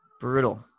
brutal